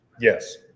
Yes